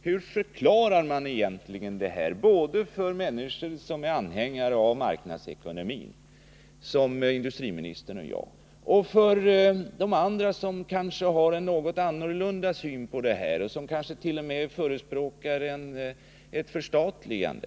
Hur förklarar man egentligen det här med SSAB kontra Hagfors både för människor som är anhängare av marknadsekonomin — som industriministern och jag — och för andra, som kanske har en något annan syn på dessa frågor och som kanske t.o.m. förespråkar ett förstatligande?